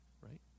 right